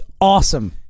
awesome